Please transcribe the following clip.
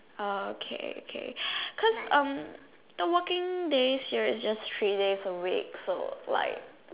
uh okay okay cause um cause the working days here is just three days a week so like